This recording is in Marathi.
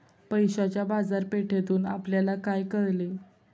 पैशाच्या बाजारपेठेतून आपल्याला काय कळले?